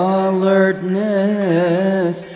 alertness